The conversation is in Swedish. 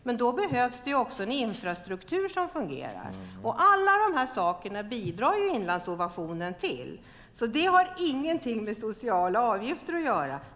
Men då behövs också en infrastruktur som fungerar. Alla dessa saker bidrar Inlandsinnovation till. Det har ingenting med sociala avgifter att göra.